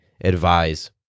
advise